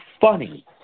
funny